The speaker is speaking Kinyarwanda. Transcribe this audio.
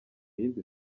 yindi